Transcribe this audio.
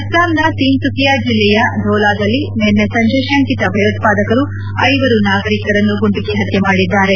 ಅಸ್ಲಾಂನ ತಿನ್ನುಕಿಯಾ ಜಿಲ್ಲೆಯ ಧೋಲಾದಲ್ಲಿ ನಿನ್ನೆ ಸಂಜೆ ಶಂಕಿತ ಭಯೋತ್ಪಾದರು ಐವರು ನಾಗರಿಕರನ್ನು ಗುಂಡಿಕ್ಕಿ ಪತ್ತೆ ಮಾಡಿದ್ದಾರೆ